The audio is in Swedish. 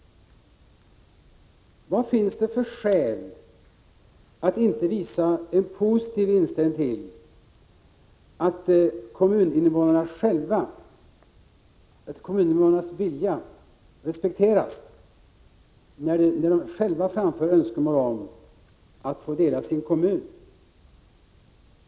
Vad finns det för skäl att inte ha en positiv inställning till att kommuninvånarnas vilja respekteras, när de själva framför önskemål om att få dela sin kommun?